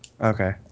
Okay